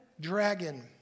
dragon